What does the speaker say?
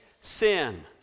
sin